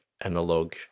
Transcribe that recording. analog